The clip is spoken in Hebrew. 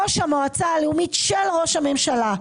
ראש המועצה הלאומית של ראש הממשלה,